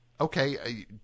Okay